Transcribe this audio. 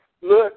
Look